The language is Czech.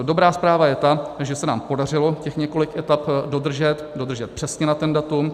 Dobrá zpráva je ta, že se nám podařilo těch několik etap dodržet, dodržet přesně na ten datum.